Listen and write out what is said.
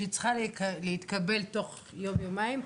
שצריכה להתקבל תוך יום-יומיים,